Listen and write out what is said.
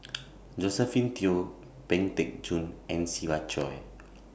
Josephine Teo Pang Teck Joon and Siva Choy